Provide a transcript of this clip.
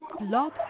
Love